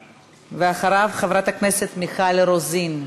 ואחריו, חברת הכנסת מיכל רוזין.